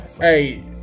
Hey